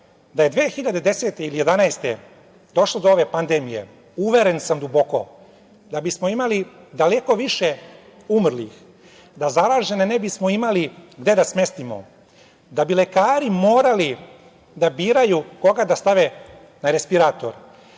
da je 2010. ili 2011. godine došlo do ove pandemije, uveren sam duboko da bismo imali daleko više umrlih, da zaražene ne bismo imali gde da smestimo, da bi lekari morali da biraju koga da stave na respirator